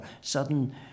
sudden